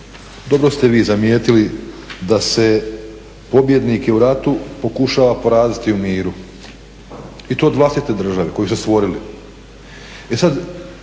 dobro ste vi zamijetili da se pobjednike u ratu pokušava poraziti u miru i to od vlastite države koju su stvorili. E sada